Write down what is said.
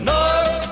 North